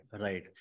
right